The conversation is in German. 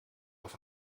auf